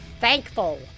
thankful